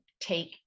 take